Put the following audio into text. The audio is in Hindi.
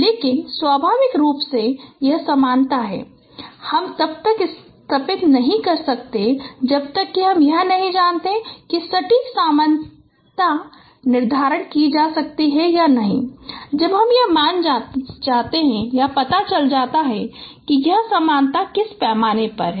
लेकिन स्वाभाविक रूप से यह समानता हम तब तक स्थापित नहीं कर सकते जब तक हम यह नहीं जानते कि सटीक समानता निर्धारित की जा सकती है जब हम यह जान सकते हैं कि यह समानता किस पैमाने पर है